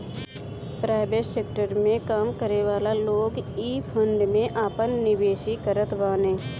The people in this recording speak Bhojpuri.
प्राइवेट सेकटर में काम करेवाला लोग इ फंड में आपन निवेश करत बाने